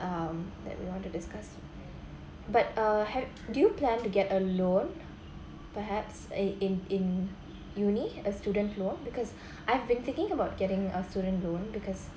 um that we want to discuss but uh had do you plan to get a loan perhaps eh in in uni a student loan because I've been thinking about getting a student loan because